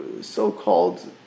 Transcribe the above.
So-called